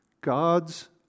God's